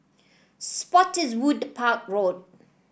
Spottiswoode Park Road